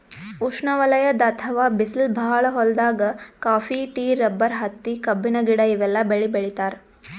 ಉಷ್ಣವಲಯದ್ ಅಥವಾ ಬಿಸ್ಲ್ ಭಾಳ್ ಹೊಲ್ದಾಗ ಕಾಫಿ, ಟೀ, ರಬ್ಬರ್, ಹತ್ತಿ, ಕಬ್ಬಿನ ಗಿಡ ಇವೆಲ್ಲ ಬೆಳಿ ಬೆಳಿತಾರ್